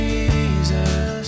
Jesus